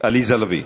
עליזה לביא.